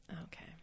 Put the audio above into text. Okay